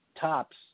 tops